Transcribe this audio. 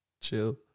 Chill